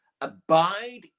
abide